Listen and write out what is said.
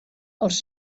els